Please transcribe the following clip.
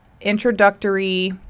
introductory